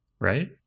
Right